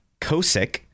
Kosick